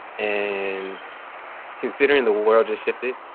and considering the world just shifted